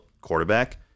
quarterback